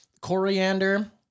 coriander